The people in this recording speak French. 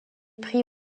pris